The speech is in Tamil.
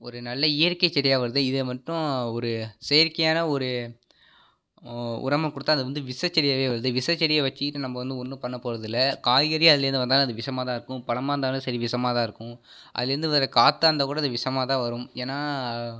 ஒரு நல்ல இயற்கை செடியாக வளருது இத மட்டும் ஒரு செயற்கையான ஒரு உரமாக கொடுத்தா அது வந்து விஷச்செடியாகவே வருது விஷச்செடியை வச்சிகிட்டு நம்ம வந்து ஒன்றும் பண்ண போறதில்லை காய்கறியும் அதிலேர்ந்து வந்தால் அது விஷமாக தான் இருக்கும் பழமாக இருந்தாலும் சரி விஷமாக தான் இருக்கும் அதிலேர்ந்து வர காற்றா இருந்தால் கூட அது விஷமாக தான் வரும் ஏன்னா